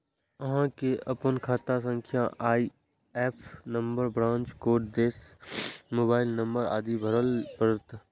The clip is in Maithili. अहां कें अपन खाता संख्या, सी.आई.एफ नंबर, ब्रांच कोड, देश, मोबाइल नंबर आदि भरय पड़त